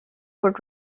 would